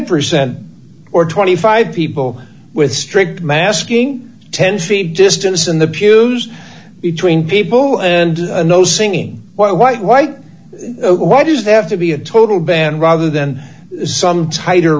percent or twenty five people with straight masking ten feet distance in the pews between people and no singing why why why why does they have to be a total ban rather than some tighter